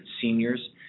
seniors